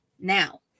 now